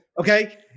Okay